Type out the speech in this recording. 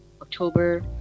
October